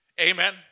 Amen